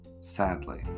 sadly